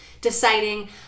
Deciding